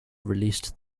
released